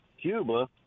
Cuba